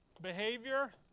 behavior